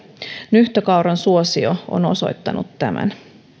nyhtökauran suosio on on osoittanut tämän